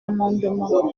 amendement